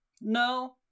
no